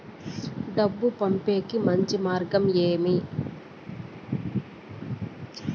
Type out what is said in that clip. డబ్బు పంపేకి మంచి మార్గం ఏమి